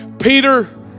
Peter